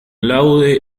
laude